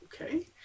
Okay